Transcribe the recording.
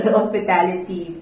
hospitality